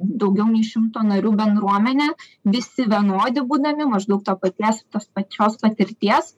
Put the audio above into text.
daugiau nei šimto narių bendruomenė visi vienodi būdami maždaug to paties tos pačios patirties